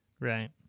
Right